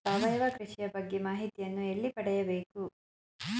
ಸಾವಯವ ಕೃಷಿಯ ಬಗ್ಗೆ ಮಾಹಿತಿಯನ್ನು ಎಲ್ಲಿ ಪಡೆಯಬೇಕು?